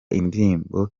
indirimbo